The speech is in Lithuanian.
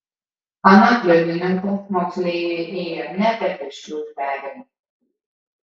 anot liudininkų moksleivė ėjo ne per pėsčiųjų perėją